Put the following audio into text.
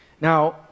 Now